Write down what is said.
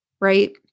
right